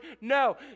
No